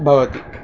भवति